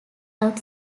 out